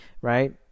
right